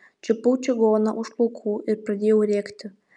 čiupau čigoną už plaukų ir pradėjau rėkti